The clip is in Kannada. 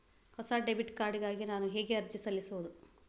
ಹೊಸ ಡೆಬಿಟ್ ಕಾರ್ಡ್ ಗಾಗಿ ನಾನು ಹೇಗೆ ಅರ್ಜಿ ಸಲ್ಲಿಸುವುದು?